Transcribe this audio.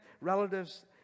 relatives